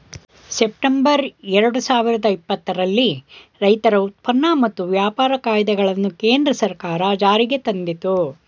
September ಎರಡು ಸಾವಿರದ ಇಪ್ಪತ್ತರಲ್ಲಿ ರೈತರ ಉತ್ಪನ್ನ ಮತ್ತು ವ್ಯಾಪಾರ ಕಾಯ್ದೆಗಳನ್ನು ಕೇಂದ್ರ ಸರ್ಕಾರ ಜಾರಿಗೆ ತಂದಿತು